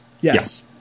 Yes